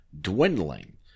dwindling